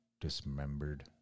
dismembered